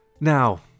Now